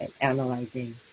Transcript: analyzing